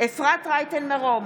אפרת רייטן מרום,